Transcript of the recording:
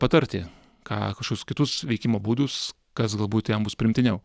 patarti ką kažkokius kitus veikimo būdus kas galbūt jam bus priimtiniau